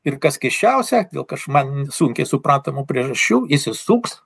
ir kas keisčiausia jog iš man sunkiai suprantamų priežasčių įsisuks